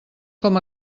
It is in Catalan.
com